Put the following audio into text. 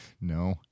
No